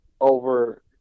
over